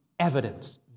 Evidence